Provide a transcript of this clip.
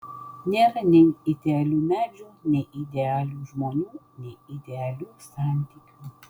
nėra nei idealių medžių nei idealių žmonių nei idealių santykių